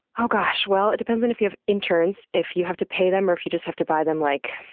oh gosh. well, it depends on if you have interns, if you have to pay them or if you just have to buy them like,